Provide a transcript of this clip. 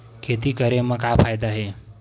खेती करे म का फ़ायदा हे?